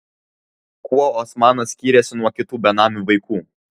kuo osmanas skyrėsi nuo kitų benamių vaikų